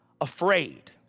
afraid